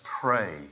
pray